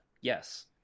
Yes